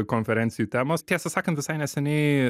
konferencijų temos tiesą sakant visai neseniai